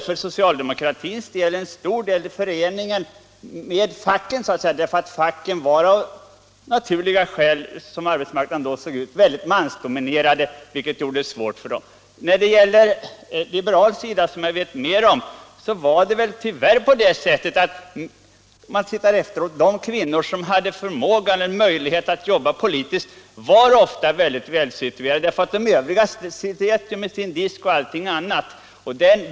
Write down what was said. För socialdemokratins del tror jag att mycket hade att göra med facket. Facken var av naturliga skäl mycket mansdominerade. När det gäller den liberala sidan, som jag vet mer om, var det tyvärr så att de kvinnor som hade möjlighet och förmåga att jobba politiskt ofta var välsituerade. De övriga slet med sin disk och allting annat.